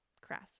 crass